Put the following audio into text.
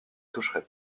toucherait